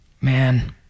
man